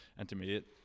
intermediate